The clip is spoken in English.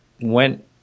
went